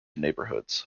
neighborhoods